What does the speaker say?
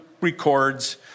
records